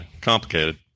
complicated